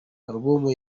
alubumu